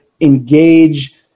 engage